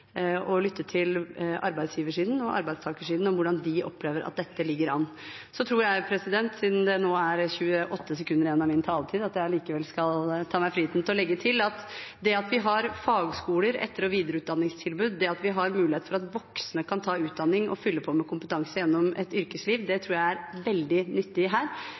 og lytte til arbeidsgiversiden og arbeidstakersiden om hvordan de opplever at dette ligger an. Så tror jeg, siden det nå er 28 sekunder igjen av min taletid, at jeg likevel skal ta meg friheten til å legge til at det at vi har fagskoler og etter- og videreutdanningstilbud, det at vi har mulighet for at voksne kan ta utdanning og fylle på med kompetanse gjennom et yrkesliv, tror jeg er veldig nyttig her.